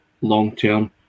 long-term